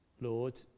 Lord